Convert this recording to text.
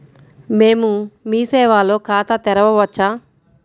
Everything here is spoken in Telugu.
మేము మీ సేవలో ఖాతా తెరవవచ్చా?